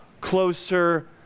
closer